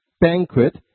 banquet